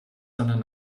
sondern